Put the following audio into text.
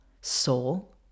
soul